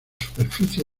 superficie